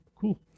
cool